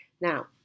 Now